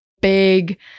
big